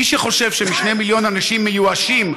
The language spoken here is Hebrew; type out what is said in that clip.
מי שחושב שעם 2 מיליון אנשים מיואשים,